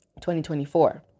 2024